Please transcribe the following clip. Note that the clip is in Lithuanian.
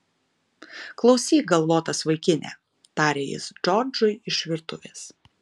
klausyk galvotas vaikine tarė jis džordžui iš virtuvės